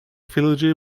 philology